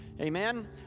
Amen